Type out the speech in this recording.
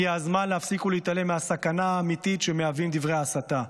הגיע הזמן להפסיק להתעלם מהסכנה האמיתית שמהווים דברי ההסתה.